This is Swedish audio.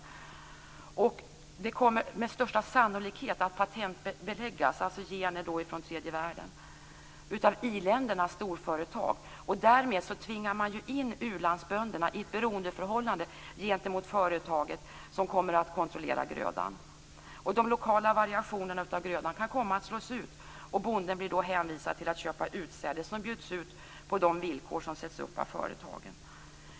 Gener från tredje världen kommer med största sannolikhet att patentbeläggas av i-ländernas storföretag. Därmed tvingar man in u-landsbönderna i ett beroendeförhållande gentemot företaget som kommer att kontrollera grödan. De lokala variationerna av grödan kan komma att slås ut. Bonden blir då hänvisad till att köpa utsäde som bjuds ut på de villkor som sätts upp av företagen.